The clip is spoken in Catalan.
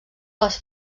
les